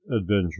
ADVENTURE